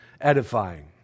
edifying